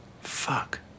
Fuck